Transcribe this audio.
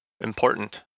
important